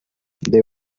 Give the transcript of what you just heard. they